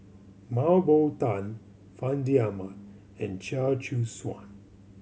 Mah Bow Tan Fandi Ahmad and Chia Choo Suan